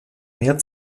mehr